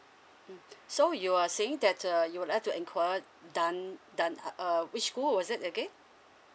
mm so you are saying that uh you would like to inquire don~ don~ uh uh which school was it again